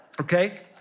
Okay